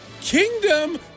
Kingdom